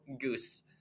goose